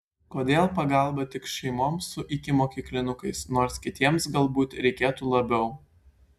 kodėl pagalba tik šeimoms su ikimokyklinukais nors kitiems galbūt reikėtų labiau